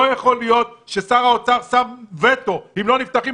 לא יכול להיות ששר האוצר שם וטו: "אם לא נפתחים